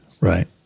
Right